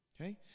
Okay